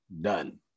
done